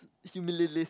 humililist